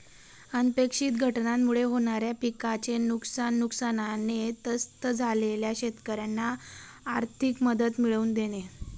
अनपेक्षित घटनांमुळे होणाऱ्या पिकाचे नुकसान, नुकसानाने त्रस्त झालेल्या शेतकऱ्यांना आर्थिक मदत मिळवून देणे